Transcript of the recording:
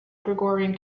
gregorian